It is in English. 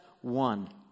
one